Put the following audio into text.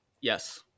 Yes